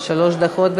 דקות.